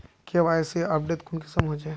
KYC update कुंसम होचे?